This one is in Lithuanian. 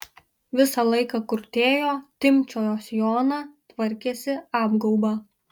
visą laiką krutėjo timpčiojo sijoną tvarkėsi apgaubą